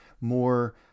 More